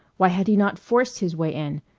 why had he not forced his way in?